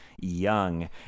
young